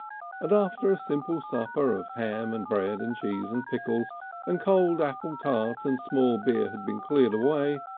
and after a simple supper of ham and bread and cheese and pickles and cold apple tart and small beer had been cleared away,